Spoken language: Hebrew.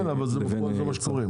כן, אבל זה מה שקורה.